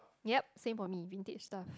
yep same for me vintage stuff